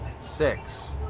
Six